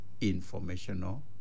informational